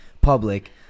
public